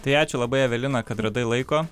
tai ačiū labai evelina kad radai laiko